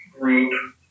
group